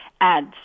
ads